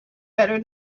better